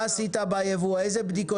מה עשית בייבוא, איזה בדיקות?